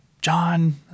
John